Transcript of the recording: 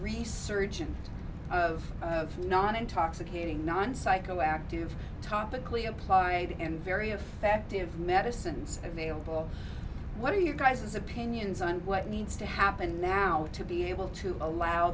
resurgence of non intoxicating non psychoactive topically applied and very effective medicines available what do you guys opinions on what needs to happen now to be able to allow